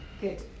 Good